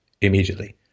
immediately